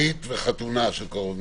ברית וחתונה של קרוב משפחה.